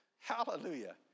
Hallelujah